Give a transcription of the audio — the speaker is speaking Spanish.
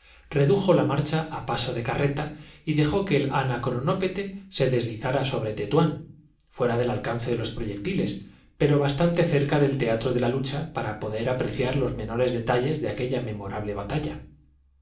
redujo la marcha á paso de versario carreta y dejó que el anacronópete se deslizara sobre tanto mejorprorrumpió niní en un arranque de tetuan fuera del alcance de los proyectiles pero alegría así podré verle vivo pídame usted lo que bastante cerca del teatro de la lucha para poder apre quiera pero restituyame usted á sus brazos y empe ciar los menores detalles de aquella memorable ba